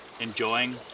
enjoying